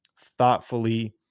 thoughtfully